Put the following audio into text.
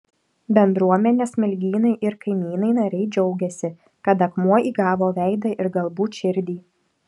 bendruomenės smilgynai ir kaimynai nariai džiaugiasi kad akmuo įgavo veidą ir galbūt širdį